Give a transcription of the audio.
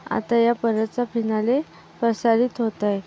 आता या पर्वाचा फिनाले प्रसारित होत आहे